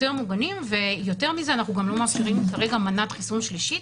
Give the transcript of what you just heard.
יותר מוגנים ויותר מזה אנחנו גם לא מזכירים כרגע מנת חיסון שלישית,